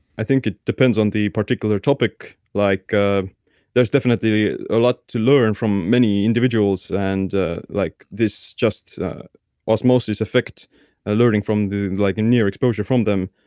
i think it depends on the particular topic. like, ah there's definitely a lot to learn from many individuals and ah like this just osmosis effect ah learning from, near like near exposure from them.